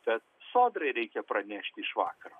bet sodrai reikia pranešti iš vakaro